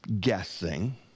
guessing